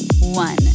one